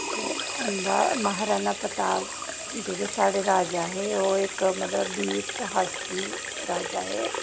ते उं'दा महाराणा प्रताप जेह्ड़े साढ़े राजा हे ओह् इक मतलब वीर साहसी राजा हे